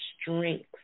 strength